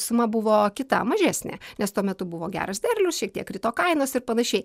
suma buvo kita mažesnė nes tuo metu buvo geras derlius šiek tiek krito kainos ir panašiai